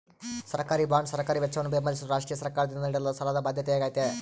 ಸರ್ಕಾರಿಬಾಂಡ್ ಸರ್ಕಾರಿ ವೆಚ್ಚವನ್ನು ಬೆಂಬಲಿಸಲು ರಾಷ್ಟ್ರೀಯ ಸರ್ಕಾರದಿಂದ ನೀಡಲಾದ ಸಾಲದ ಬಾಧ್ಯತೆಯಾಗೈತೆ